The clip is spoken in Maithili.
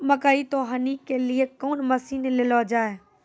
मकई तो हनी के लिए कौन मसीन ले लो जाए?